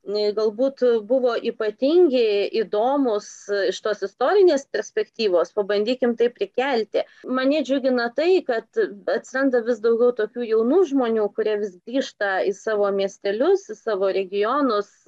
ė galbūt buvo ypatingi įdomūs iš tos istorinės perspektyvos pabandykim tai prikelti mane džiugina tai kad atsiranda vis daugiau tokių jaunų žmonių kurie vis grįžta į savo miestelius į savo regionus